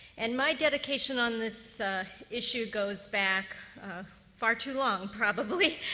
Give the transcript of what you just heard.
and my dedication on this issue goes back far too long probably,